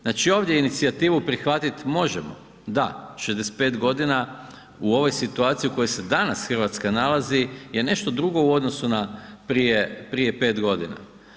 Znači ovdje inicijativu prihvatiti možemo, da 65 godina u ovoj situaciji u kojoj se danas Hrvatska nalazi je nešto drugo u odnosu na prije 5 godina.